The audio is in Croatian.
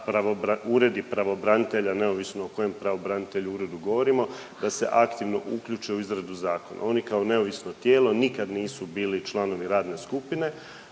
uredi pravobranitelja, neovisno o kojem pravobranitelju uredu govorimo da se aktivno uključe u izradu zakona. Oni kao neovisno tijelo nikad nisu bili članovi radne skupine,